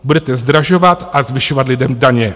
Budete zdražovat a zvyšovat lidem daně.